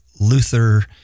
Luther